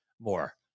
More